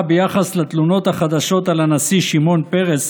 ביחס לתלונות החדשות על הנשיא שמעון פרס,